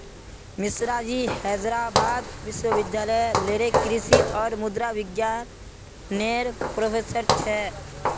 मिश्राजी हैदराबाद विश्वविद्यालय लेरे कृषि और मुद्रा विज्ञान नेर प्रोफ़ेसर छे